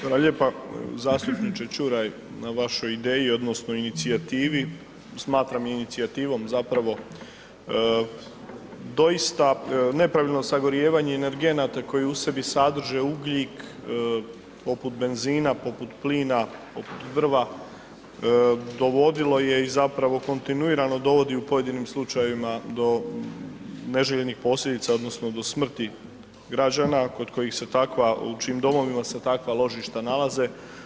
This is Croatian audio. Hvala lijepa zastupniče Čuraj na vašoj ideji odnosno inicijativi, smatram inicijativom zapravo doista nepravilno sagorijevanje energenata koji u sebi sadrže ugljik poput benzina, poput plina, poput drva, dovodilo je i zapravo kontinuirano dovodi u pojedinim slučajevima do neželjenih posljedica odnosno do smrti građana kod koji se takva, u čijim domovima se takva ložišta nalaze.